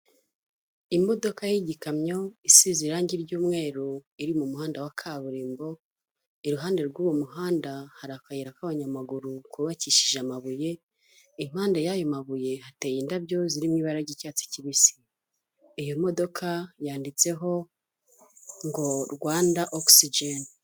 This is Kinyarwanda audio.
Imodoka y'igikamyo isize irangi ry'umweru iri mu muhanda wa kaburimbo, iruhande rw'uwo muhanda hari akayira k'abanyamaguru kubabakishije amabuye, impande y'ayo mabuye hateye indabyo zirimo ibara ry'icyatsi kibisi. iyi modoka yanditseho ngo Rwanda okisijene